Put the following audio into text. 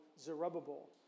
Zerubbabel